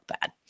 bad